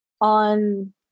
on